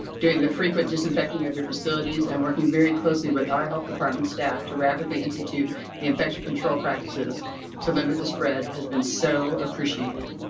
doing the frequent disinfecting of your facilities, and working very closely with our health department staff to rapidly institute the infection control practices to remember the spread has been so appreciated.